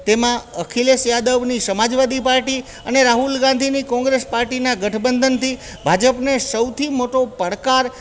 તેમાં અખિલેશ યાદવની સમાજવાદી પાર્ટી અને રાહુલ ગાંધીની કોંગ્રેસ પાર્ટીના ગઠબંધનથી ભાજપને સૌથી મોટો પડકાર